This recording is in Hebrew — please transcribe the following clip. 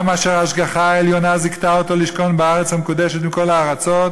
העם אשר השגחה עליונה זיכתה אותו לשכון בארץ המקודשת מכל הארצות,